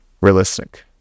realistic